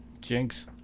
jinx